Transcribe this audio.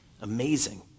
Amazing